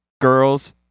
girls